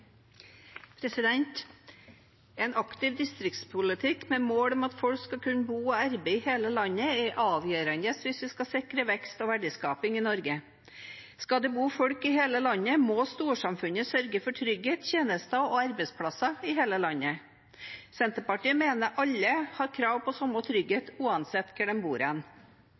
En aktiv distriktspolitikk med mål om at folk skal kunne bo og arbeide i hele landet er avgjørende hvis vi skal sikre vekst og verdiskaping i Norge. Skal det bo folk i hele landet, må storsamfunnet sørge for trygghet, tjenester og arbeidsplasser i hele landet. Senterpartiet mener alle har krav på samme trygghet uansett hvor de bor.